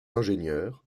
ingénieur